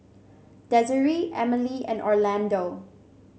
Desiree Emile and Orlando